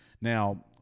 Now